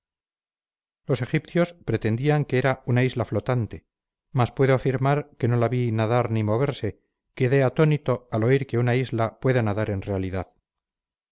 los egipcios pretendían que era una isla flotante mas puedo afirmar que no la vi nadar ni moverse y quedé atónito al oír que una isla pueda nadar en realidad